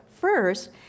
first